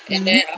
mmhmm